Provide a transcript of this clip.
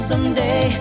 Someday